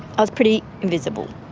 i was pretty invisible.